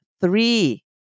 three